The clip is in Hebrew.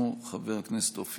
חבר הכנסת מנסור עבאס,